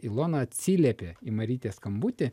ilona atsiliepė į marytės skambutį